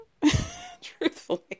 Truthfully